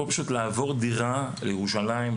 לעבור דירה לירושלים,